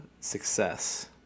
success